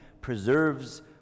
preserves